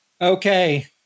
Okay